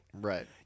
Right